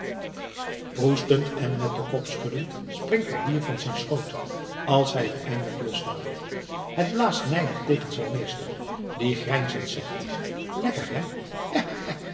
proestend en met den kop schuddend springt het dier van zijn schoot als hij t eindelijk loslaat het blaast nijdig tegen zijn meester die grijnzend zegt lekker hé